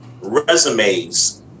resumes